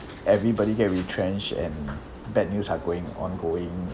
everybody get retrenched and bad news are going ongoing